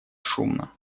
шумно